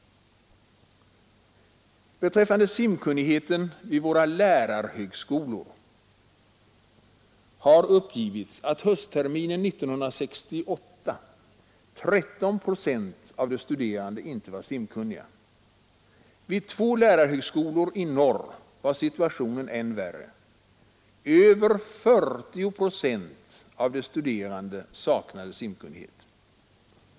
Beträffande simkunnigheten vid våra lärarhögskolor har uppgivits att vid höstterminen 1968 13 procent av de studerande inte var simkunniga. Vid två lärarhögskolor i norr var situationen än värre: över 40 procent av de studerande saknade simkunnighet.